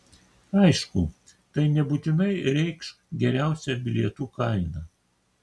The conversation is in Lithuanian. aišku tai nebūtinai reikš geriausią bilietų kainą